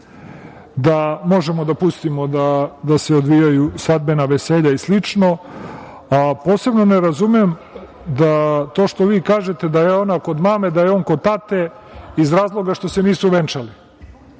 da možemo da pustimo da se odvijaju svadbena veselja i slično, a posebno ne razumem da to što vi kažete da je ona kod mame, da je on kod tate iz razloga što se nisu venčali.